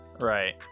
Right